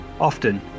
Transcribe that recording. Often